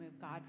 God